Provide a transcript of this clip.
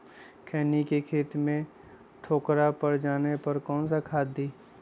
खैनी के खेत में ठोकरा पर जाने पर कौन सा खाद दी?